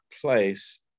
place